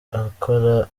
ukora